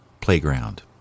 playground